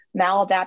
maladaptive